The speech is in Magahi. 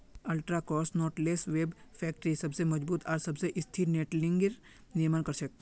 ultra cross knotless web factory सबस मजबूत आर सबस स्थिर नेटिंगेर निर्माण कर छेक